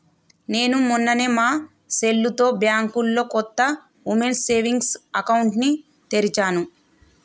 నేను మొన్ననే మా సెల్లుతో బ్యాంకులో కొత్త ఉమెన్స్ సేవింగ్స్ అకౌంట్ ని తెరిచాను